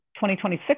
2026